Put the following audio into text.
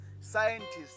Scientists